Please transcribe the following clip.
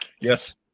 yes